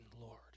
Lord